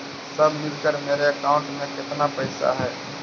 सब मिलकर मेरे अकाउंट में केतना पैसा है?